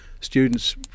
students